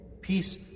peace